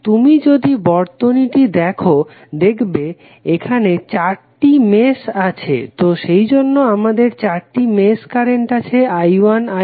তুমি যদি বর্তনীটি দেখো দেখবে এখানে 4 টি মেশ আছে তো সেইজন্য আমাদের চারটি মেশ কারেন্ট আছে i1 i2 i3 ও i4